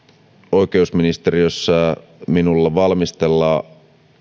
oikeusministeriössä minulle valmistellaan